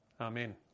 Amen